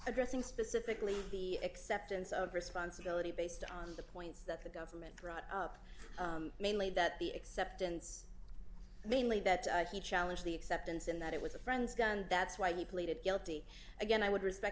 addressing specifically the acceptance of responsibility based on the points that the government brought up mainly that the acceptance mainly that he challenge the acceptance in that it was a friend's gun and that's why he pleaded guilty again i would respect